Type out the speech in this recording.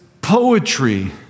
poetry